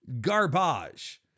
garbage